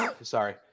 sorry